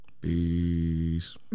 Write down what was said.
peace